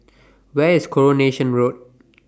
Where IS Coronation Road